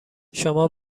شما